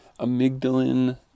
amygdalin